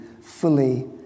fully